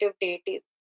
deities